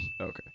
Okay